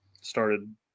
started